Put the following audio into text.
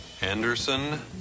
Anderson